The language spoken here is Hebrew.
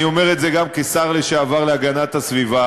אני אומר את זה גם כשר לשעבר להגנת הסביבה.